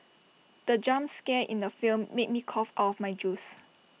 the jump scare in the film made me cough of my juice